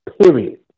Period